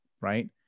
right